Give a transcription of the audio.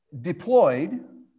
deployed